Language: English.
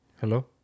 Hello